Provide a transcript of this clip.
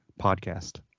podcast